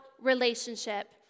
relationship